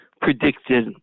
predicted